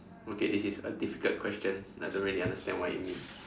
okay this is a difficult question I don't really understand what it means